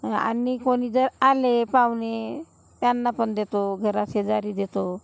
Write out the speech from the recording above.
आणि कोणी जर आले पाहुणे त्यांना पण देतो घराशेजारी देतो